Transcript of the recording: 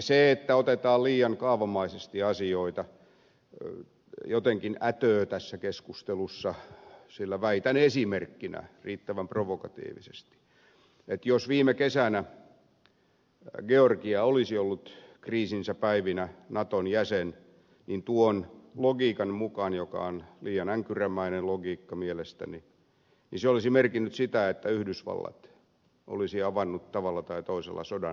se että otetaan liian kaavamaisesti asioita jotenkin ätöö tässä keskustelussa sillä väitän esimerkkinä riittävän provokatiivisesti että jos viime kesänä georgia olisi ollut kriisinsä päivinä naton jäsen niin tuon logiikan mukaan joka on liian änkyrämäinen logiikka mielestäni se olisi merkinnyt sitä että yhdysvallat olisi avannut tavalla tai toisella sodan venäjää vastaan